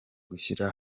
gushyira